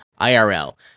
IRL